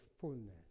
fullness